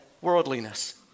worldliness